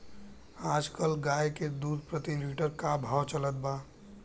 आज कल गाय के दूध प्रति लीटर का भाव चलत बा?